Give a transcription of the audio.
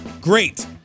Great